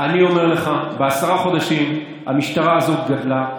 אני אומר לך, בעשרה חודשים המשטרה הזו גדלה.